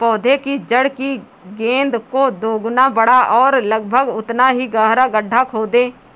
पौधे की जड़ की गेंद से दोगुना बड़ा और लगभग उतना ही गहरा गड्ढा खोदें